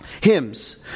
Hymns